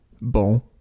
bon